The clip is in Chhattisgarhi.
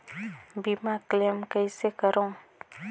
बीमा क्लेम कइसे करों?